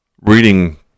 reading